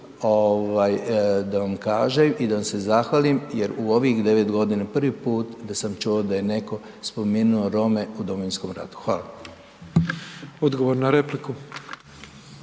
da vam kažem i da vam se zahvalim jer u ovih 9 g. prvi put da sam čuo da je neko spomenuo Rome u Domovinskom ratu, hvala. **Petrov, Božo